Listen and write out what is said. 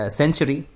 century